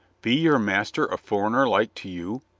be your master a foreigner like to you?